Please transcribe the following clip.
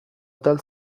atal